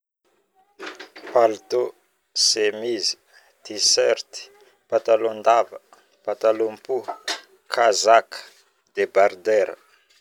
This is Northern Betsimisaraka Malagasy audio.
Palotô, semize, tiserty, patalôndava, patalôpohy, kazaka, debaridera